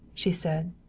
she said.